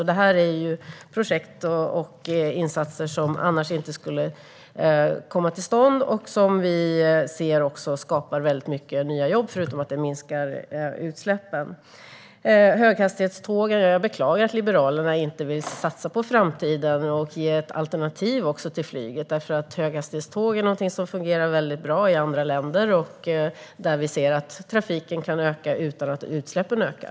Detta är projekt och insatser som annars inte skulle komma till stånd och som vi ser skapar många nya jobb utöver att minska utsläppen. När det gäller höghastighetstågen beklagar jag att Liberalerna inte vill satsa på framtiden och ge ett alternativ till flyget. Höghastighetståg är nämligen någonting som fungerar väldigt bra i andra länder och någonting där vi ser att trafiken kan öka utan att utsläppen ökar.